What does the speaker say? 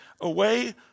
away